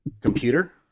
computer